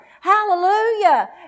Hallelujah